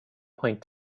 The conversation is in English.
point